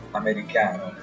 americano